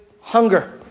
hunger